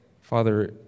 Father